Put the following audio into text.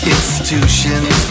Institutions